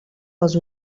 les